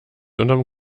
unterm